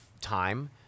time—